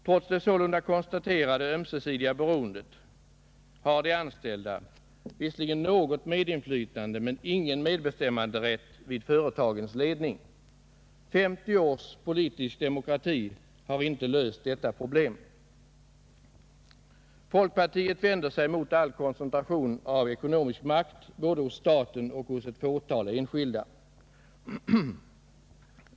Trots det sålunda konstaterade ömsesidiga beroendet har de anställda visserligen något medinflytande men ingen medbestämmanderätt i företagens ledning. Femtio års politisk demokrati har inte löst detta problem. Folkpartiet vänder sig mot all koncentration av den ekonomiska makten både hos staten och hos ett fåtal enskilda.